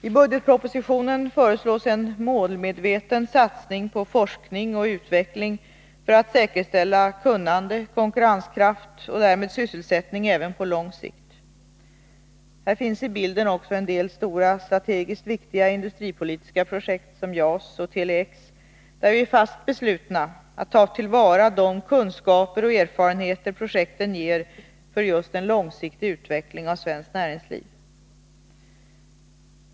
I budgetpropositionen föreslås en målmedveten satsning på forskning och utveckling för att säkerställa kunnande, konkurrenskraft och därmed sysselsättning även på lång sikt. Här finns i bilden också en del stora, strategiskt viktiga industripolitiska projekt som JAS och Tele-X, där vi är fast beslutna att ta till vara de kunskaper och erfarenheter projekten ger för just en långsiktig utveckling av svenskt näringsliv.